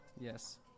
yes